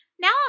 Now